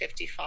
55